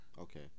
Okay